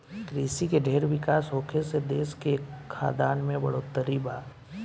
कृषि के ढेर विकास होखे से देश के खाद्यान में बढ़ोतरी बा